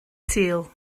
sul